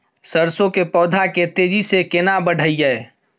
सरसो के पौधा के तेजी से केना बढईये?